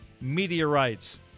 meteorites